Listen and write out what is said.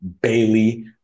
bailey